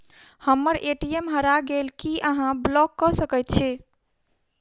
हम्मर ए.टी.एम हरा गेल की अहाँ ब्लॉक कऽ सकैत छी?